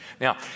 Now